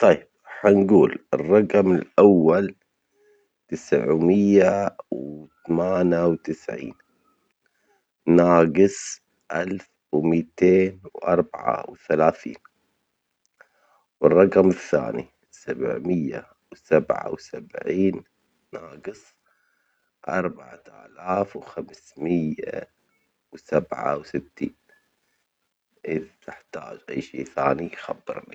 طيب هنجول الرجم الأول تسعمية وثمانى وتسعين ناجص ألف ومتين وأربعة وثلاثين، والرقم الثاني سبعمية وسبعة وسبعين ناجص أربعة آلاف وخمسمية وسبعة وستين، إذا تحتاج أي شئ ثاني خبرني.